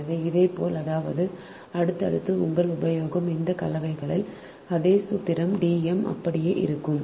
எனவே இதேபோல் அதாவது அடுத்தது உங்கள் உபயோகம் இந்த கலவைகள் அதே சூத்திரம் D m அப்படியே இருக்கும்